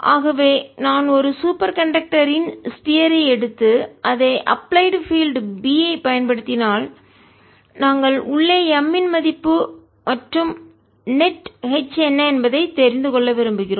ஆகவே நான் ஒரு சூப்பர் கண்டக்டரின் ஸ்பியர் கோளத்தை ஐ எடுத்து அதைப் அப்பிளைட் பீல்டு B ஐ பயன்படுத்தினால் நாங்கள் உள்ளே M ன் மதிப்பு மற்றும் நெட் நிகர H என்ன என்பதை தெரிந்து கொள்ள விரும்புகிறோம்